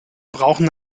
brauchen